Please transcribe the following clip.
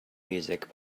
music